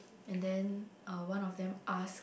and then uh one of them ask